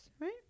right